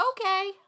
Okay